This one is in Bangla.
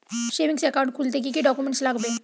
সেভিংস একাউন্ট খুলতে কি কি ডকুমেন্টস লাগবে?